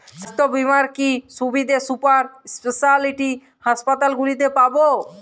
স্বাস্থ্য বীমার কি কি সুবিধে সুপার স্পেশালিটি হাসপাতালগুলিতে পাব?